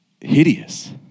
hideous